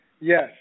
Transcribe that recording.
yes